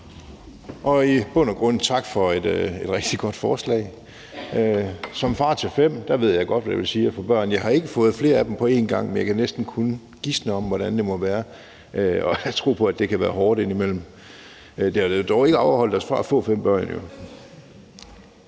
et i bund og grund rigtig godt forslag. Som far til fem ved jeg godt, hvad det vil sige at få børn. Jeg har ikke fået flere af dem på en gang, men jeg kan kun gisne om, hvordan det må være. Jeg tror på, at det kan være hårdt indimellem. Det har dog ikke afholdt os fra at få fem børn.